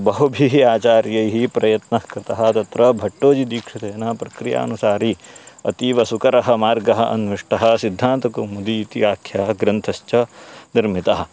बहुभिः आचार्यैः प्रयत्नः कृतः तत्र भट्टोजिदीक्षितेन प्रक्रियानुसारि अतीवसुकरः मार्गः अन्विष्टः सिद्धान्तकौमुदी इति आख्या ग्रन्थश्च निर्मितः